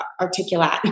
articulate